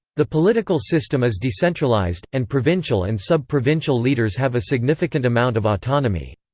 the political system is decentralized, and provincial and sub-provincial leaders have a significant amount of autonomy.